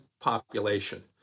population